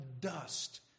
dust